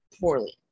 poorly